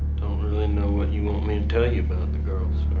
don't really know what you want me to tell you about the girls,